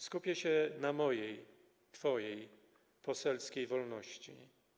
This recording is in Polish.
Skupię się na mojej, twojej, poselskiej wolności.